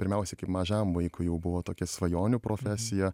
pirmiausia kaip mažam vaikui jau buvo tokia svajonių profesija